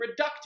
reductive